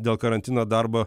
dėl karantino darbo